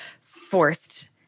forced